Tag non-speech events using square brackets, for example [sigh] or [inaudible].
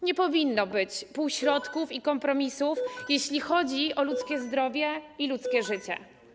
Nie powinno być półśrodków [noise] ani kompromisów, jeśli chodzi o ludzkie zdrowie i ludzkie życie.